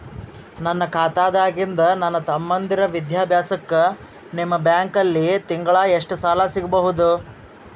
ನನ್ನ ಖಾತಾದಾಗಿಂದ ನನ್ನ ತಮ್ಮಂದಿರ ವಿದ್ಯಾಭ್ಯಾಸಕ್ಕ ನಿಮ್ಮ ಬ್ಯಾಂಕಲ್ಲಿ ತಿಂಗಳ ಎಷ್ಟು ಸಾಲ ಸಿಗಬಹುದು?